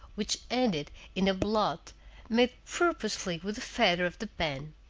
which ended in a blot made purposely with the feather of the pen.